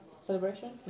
celebration